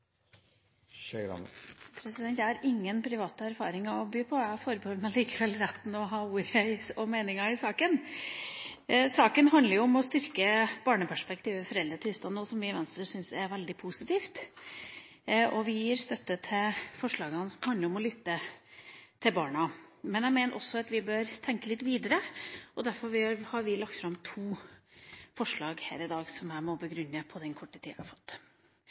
Jeg har ingen private erfaringer å by på. Jeg forbeholder meg likevel retten til å ta ordet og ha meninger i saken. Saken handler om å styrke barneperspektivet ved foreldretvister, noe vi i Venstre syns er veldig positivt. Vi gir støtte til forslagene som handler om å lytte til barna. Men jeg mener også at vi bør tenke litt videre, og derfor har vi lagt fram to forslag her i dag, som jeg må begrunne på den korte tida jeg har fått.